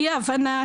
אי ההבנה,